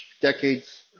decades